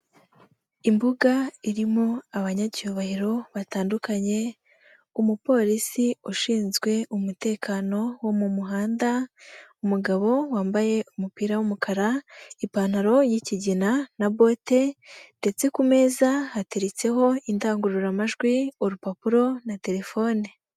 Imbuga irimo abanyacyubahiro batandukanye, umupolisi ushinzwe umutekano wo mu muhanda, umugabo wambaye umupira w'umukara, ipantaro yikigina na bote ndetse ku meza hateretseho indangururamajwi, urupapuro na telefone.